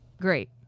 Great